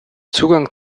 zugang